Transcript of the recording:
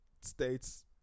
States